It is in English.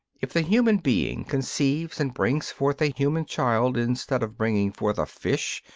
if the human being conceives and brings forth a human child instead of bringing forth a fish,